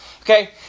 Okay